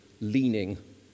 leaning